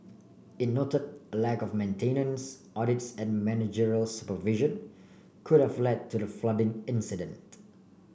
it noted a lack of maintenance audits and managerial supervision could have led to the flooding incident